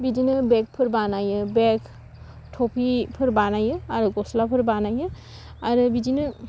बिदिनो बेगफोर बानायो बेग थफिफोर बानायो आरो गस्लाफोर बानायो आरो बिदिनो